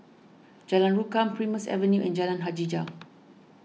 Jalan Rukam Primrose Avenue and Jalan Hajijah